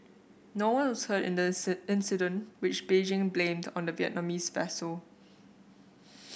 no one was hurt in this incident which Beijing blamed on the Vietnamese vessel